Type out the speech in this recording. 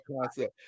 concept